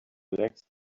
relaxed